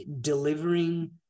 delivering